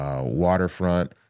waterfront